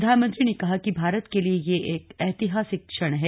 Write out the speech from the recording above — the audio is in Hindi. प्रधानमंत्री ने कहा कि भारत के लिए यह एक ऐतिहासिक क्षण है